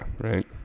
right